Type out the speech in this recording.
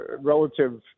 relative –